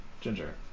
Ginger